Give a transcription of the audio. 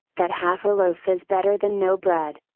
that half a loaf is better than no bread.